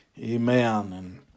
Amen